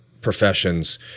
professions